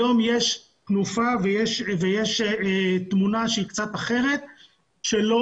היום יש תנופה ויש תמונה שהיא קצת אחרת שלא